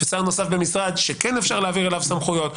ושר נוסף במשרד שכן אפשר להעביר אליו סמכויות,